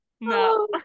No